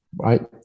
right